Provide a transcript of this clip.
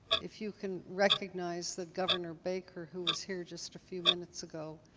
if you can recognize that governor baker who was here just a few minutes ago,